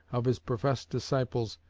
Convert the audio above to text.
of his professed disciples,